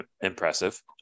impressive